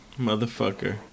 motherfucker